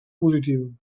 positiva